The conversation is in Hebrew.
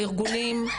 הארגונים,